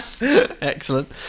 Excellent